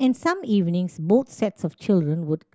and some evenings both sets of children would